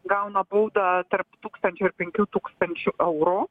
gauna baudą tarp tūkstančio ir penkių tūkstančių eurų